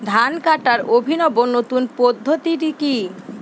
ধান কাটার অভিনব নতুন পদ্ধতিটি কি?